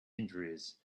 injuries